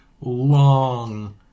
long